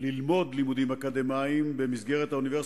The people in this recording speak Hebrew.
המדינה לא מממנת לימודים אקדמיים של אסירים,